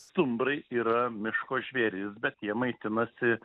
stumbrai yra miško žvėrys bet jie maitinasi